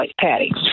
Patty